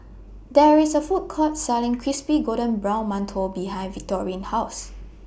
There IS A Food Court Selling Crispy Golden Brown mantou behind Victorine's House